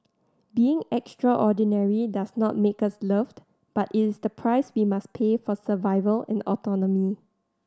being extraordinary does not make us loved but it is the price we must pay for survival and autonomy